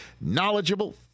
knowledgeable